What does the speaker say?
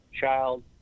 child